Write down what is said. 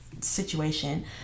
situation